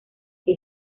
que